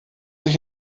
sich